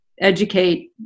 educate